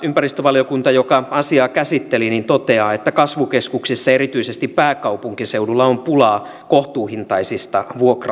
ympäristövaliokunta joka asiaa käsitteli toteaa että kasvukeskuksissa ja erityisesti pääkaupunkiseudulla on pulaa kohtuuhintaisista vuokra asunnoista